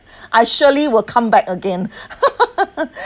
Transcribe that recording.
I surely will come back again